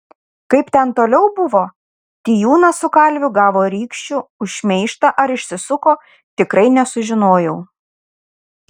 kaip ten toliau buvo tijūnas su kalviu gavo rykščių už šmeižtą ar išsisuko tikrai nesužinojau